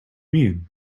mean